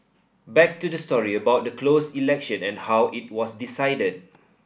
back to the story about the closed election and how it was decided